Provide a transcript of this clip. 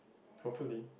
hopefully